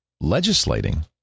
legislating